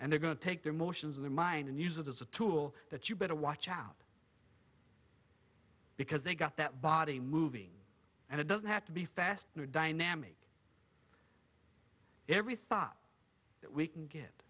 and they're going to take their motions in limine and use it as a tool that you better watch out because they got that body moving and it doesn't have to be fast dynamic every thought that we can get